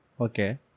okay